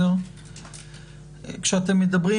כשאתם מדברים